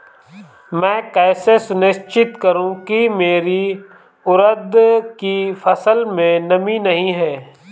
मैं कैसे सुनिश्चित करूँ की मेरी उड़द की फसल में नमी नहीं है?